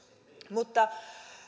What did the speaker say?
mutta